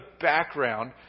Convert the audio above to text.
background